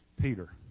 Peter